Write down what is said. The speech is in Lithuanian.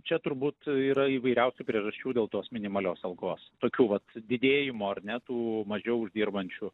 čia turbūt yra įvairiausių priežasčių dėl tos minimalios algos tokių vat didėjimo ar ne tų mažiau uždirbančių